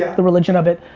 the religion of it.